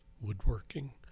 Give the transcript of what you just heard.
woodworking